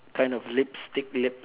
kind of lipstick lips